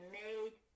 made